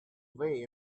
away